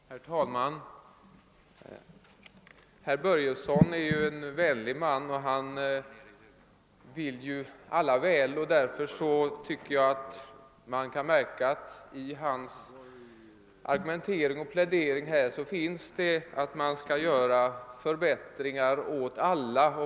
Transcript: Herr talman! Herr Börjesson i Falköping är ju en vänlig man, och han vill ju alla väl, och jag tycker mig i hans argumentering och plädering märka, att han vill att man skall åstadkomma förbättringar för alla.